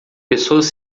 pessoas